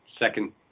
second